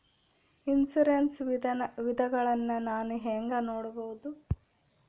Insurance ವಿಧಗಳನ್ನ ನಾನು ಹೆಂಗ ನೋಡಬಹುದು?